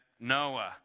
Noah